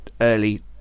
early